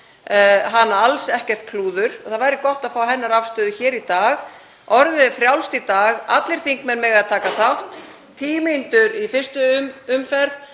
hana alls ekkert klúður. Það væri gott að fá hennar afstöðu í dag. Orðið er frjálst í dag. Allir þingmenn mega taka þátt, tíu mínútur í fyrstu umferð,